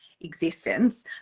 existence